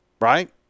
right